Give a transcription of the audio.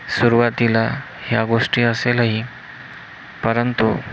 सुरवातीला ह्या गोष्टी असेलही परंतु